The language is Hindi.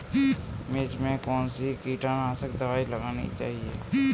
मिर्च में कौन सी कीटनाशक दबाई लगानी चाहिए?